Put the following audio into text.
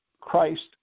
Christ